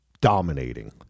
dominating